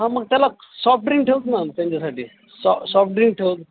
हा मग त्याला सॉफ ड्रिंक ठेवतो नाम त्यांच्यासाठी सॉफ ड्रिंक ठेवतो